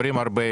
עבורו.